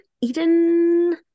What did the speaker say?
Eden